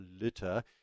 litter